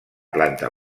planta